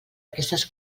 aquestes